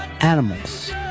animals